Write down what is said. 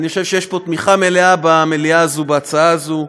אני חושב שיש פה תמיכה מלאה במליאה בהצעה הזו,